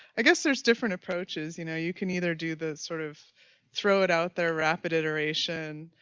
i guess there's different approaches, you know, you can neither do the sort of throw it out there rapid iteration,